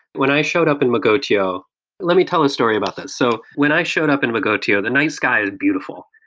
when i showed up in mogotio let me tell the story about this. so when i showed up in magotio, the night sky is beautiful.